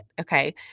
okay